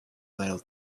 little